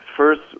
first